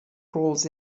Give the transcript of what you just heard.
crawls